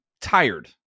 tired